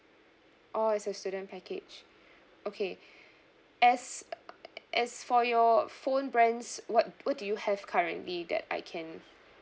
orh it's a student package okay as uh as for your phone brands what what do you have currently that I can